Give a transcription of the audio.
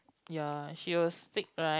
ya she was sick right